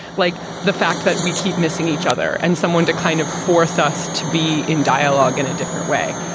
like the fact that we keep missing each other and someone to kind of force us to be in dialogue in a different way.